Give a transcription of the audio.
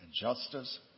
justice